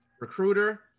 recruiter